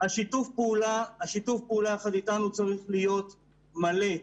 שיתוף הפעולה איתנו צריך להיות מלא.